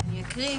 אני אקריא: